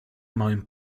małym